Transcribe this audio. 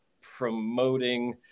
promoting